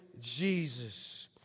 Jesus